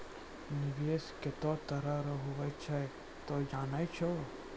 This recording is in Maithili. निवेश केतै तरह रो हुवै छै तोय जानै छौ